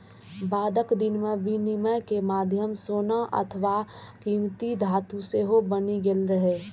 बादक दिन मे विनिमय के माध्यम सोना अथवा कीमती धातु सेहो बनि गेल रहै